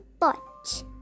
pot